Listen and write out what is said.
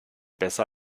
besser